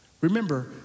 remember